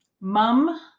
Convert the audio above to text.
Mum